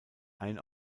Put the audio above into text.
ein